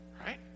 right